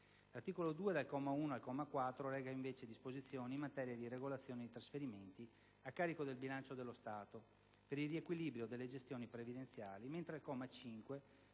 L'articolo 2, dal comma 1 al comma 4, reca invece disposizioni in materia di regolazione di trasferimenti a carico del bilancio dello Stato per il riequilibrio delle gestioni previdenziali, mentre al comma 5